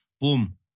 Boom